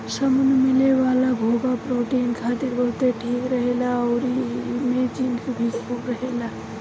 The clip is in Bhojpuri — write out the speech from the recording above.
समुंद्र में मिले वाला घोंघा प्रोटीन खातिर बहुते ठीक रहेला अउरी एइमे जिंक भी खूब रहेला